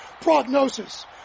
prognosis